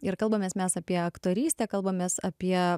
ir kalbamės mes apie aktorystę kalbamės apie